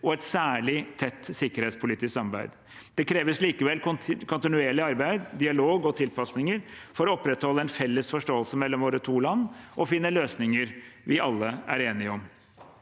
og et særlig tett sikkerhetspolitisk samarbeid. Det kreves likevel kontinuerlig arbeid, dialog og tilpasninger for å opprettholde en felles forståelse mellom våre to land og å finne løsninger vi alle er enige om.